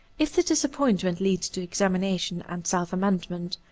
if the disappointment leads to examination and self-amendment,